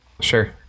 Sure